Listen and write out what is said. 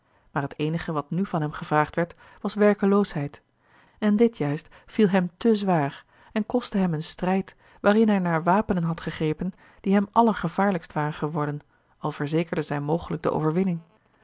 maar het eenige wat a l g bosboom-toussaint de delftsche wonderdokter eel nu van hem gevraagd werd was werkeloosheid en dit juist viel hem te zwaar en kostte hem een strijd waarin hij naar wapenen had gegrepen die hem allergevaarlijkst waren geworden al verzekerden zij mogelijk de overwinning